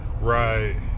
Right